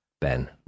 ben